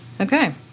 Okay